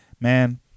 man